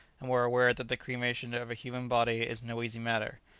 and were aware that the cremation of a human body is no easy matter,